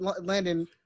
Landon